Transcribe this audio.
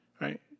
Right